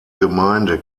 gemeinde